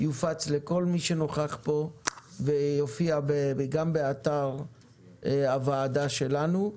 זה יופץ לכל מי שנוכח פה ויופיע גם באתר הוועדה שלנו.